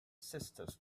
sisters